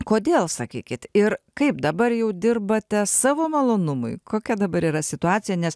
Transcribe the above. kodėl sakykit ir kaip dabar jau dirbate savo malonumui kokia dabar yra situacija nes